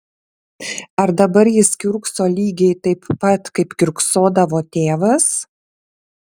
ar dabar jis kiurkso lygiai taip pat kaip kiurksodavo tėvas